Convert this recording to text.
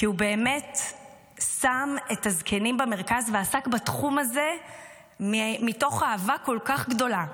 כי הוא באמת שם את הזקנים במרכז ועסק בתחום הזה מתוך אהבה כל כך גדולה.